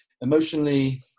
emotionally